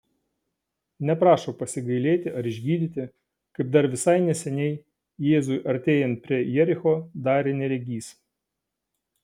neprašo pasigailėti ar išgydyti kaip dar visai neseniai jėzui artėjant prie jericho darė neregys